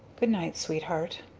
goodnight, sweetheart.